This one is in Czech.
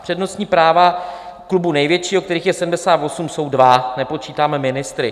Přednostní práva klubu největšího, kterých je 78, jsou dva, nepočítáme ministry.